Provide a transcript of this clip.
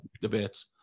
debates